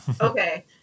okay